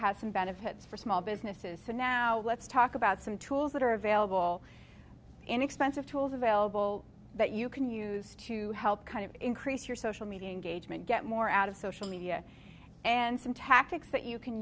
has some benefits for small businesses so now let's talk about some tools that are available inexpensive tools available that you can use to help kind of increase your social media engagement get more out of social media and some tactics that you can